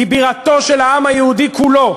היא בירתו של העם היהודי כולו,